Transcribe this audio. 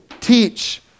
teach